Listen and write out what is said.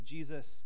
Jesus